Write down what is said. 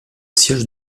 siège